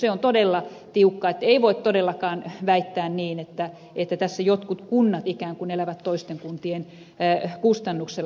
se on todella tiukka että ei voi todellakaan väittää niin että tässä jotkut kunnat ikään kuin elävät toisten kuntien kustannuksella